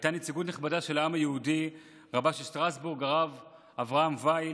הייתה נציגות נכבדה של העם היהודי: רבה של שטרסבורג הרב אברהם וייל,